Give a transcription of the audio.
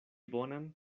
bonan